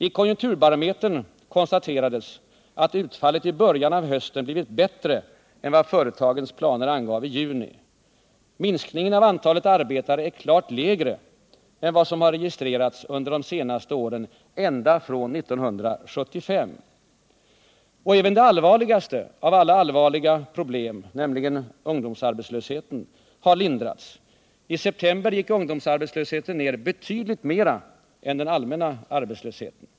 I konjunkturbarometern konstaterades att utfallet i början av hösten blivit bättre än vad företagens planer angav i juni. Minskningen av antalet arbetare är klart lägre än vad som registrerats under de senaste åren ända från 1975. Även det allvarligaste av alla allvarliga problem, nämligen ungdomsarbetslösheten, har lindrats. I september gick ungdomsarbetslösheten ner betydligt mera än den allmänna arbetslösheten.